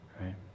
right